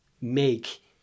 make